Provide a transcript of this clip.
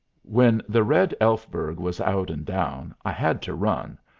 when the red elfberg was out and down i had to run,